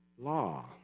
law